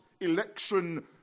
election